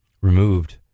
removed